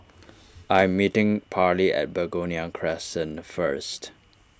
I am meeting Parley at Begonia Crescent first